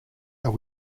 are